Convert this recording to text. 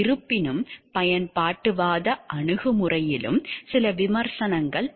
இருப்பினும் பயன்பாட்டுவாத அணுகுமுறையிலும் சில விமர்சனங்கள் உள்ளன